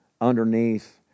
underneath